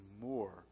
more